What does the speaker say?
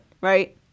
right